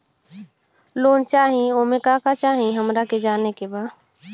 Loan चाही उमे का का चाही हमरा के जाने के बा?